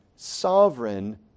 Sovereign